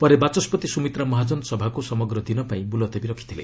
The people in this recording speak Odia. ପରେ ବାଚସ୍ୱତି ସ୍ୱମିତ୍ରା ମହାଜନ ସଭାକୁ ସମଗ୍ର ଦିନ ପାଇଁ ମୁଲତବୀ ରଖିଥିଲେ